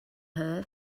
her